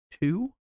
two